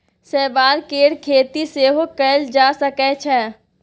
शैवाल केर खेती सेहो कएल जा सकै छै